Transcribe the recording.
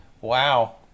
Wow